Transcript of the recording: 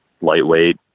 lightweight